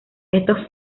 estos